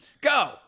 Go